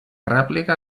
rèplica